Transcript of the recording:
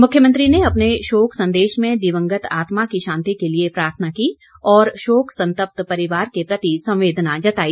मुख्यमंत्री ने अपने शोक संदेश में दिवंगत आत्मा की शांति के लिए प्रार्थना की और शोक संतप्त परिवार के प्रति संवेदना जताई